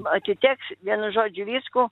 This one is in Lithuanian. atiteks vienu žodžiu visku